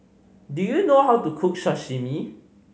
do you know how to cook Sashimi